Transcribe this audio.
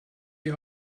die